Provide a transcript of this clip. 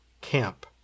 camp